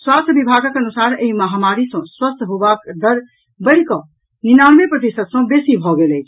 स्वास्थ्य विभागक अनुसार एहि महामारी सँ स्वस्थ होबाक दर बढ़ि कऽ निनानवे प्रतिशत सँ बेसी भऽ गेल अछि